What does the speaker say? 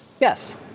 Yes